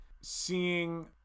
seeing